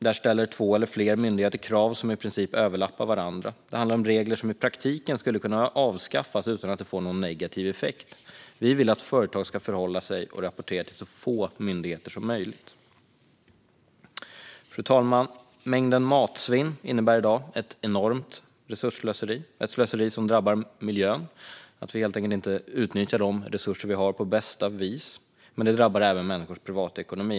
Där ställer två eller fler myndigheter krav som i princip överlappar varandra. Det handlar om regler som i praktiken skulle kunna avskaffas utan att det skulle få någon negativ effekt. Vi vill att företag ska kunna förhålla sig och rapportera till så få myndigheter som möjligt. Fru talman! Mängden matsvinn innebär i dag ett enormt resursslöseri. Det är ett slöseri som drabbar miljön. Vi utnyttjar helt enkelt inte de resurser vi har på bästa vis. Men det drabbar även människors privatekonomi.